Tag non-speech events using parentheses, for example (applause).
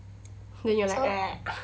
then you're like (noise)